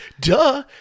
duh